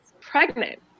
pregnant